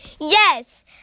Yes